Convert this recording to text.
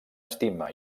estima